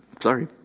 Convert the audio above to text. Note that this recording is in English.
Sorry